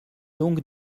donc